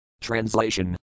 translation